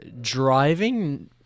Driving